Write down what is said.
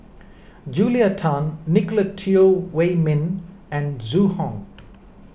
Julia Tan Nicolette Teo Wei Min and Zhu Hong